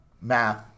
math